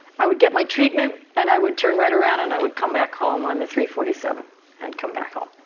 i would get my treatment and i would turn right around and i would come back home on the three forty seven and come back home,